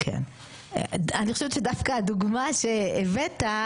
אני חושבת שדווקא הדוגמה שהבאת,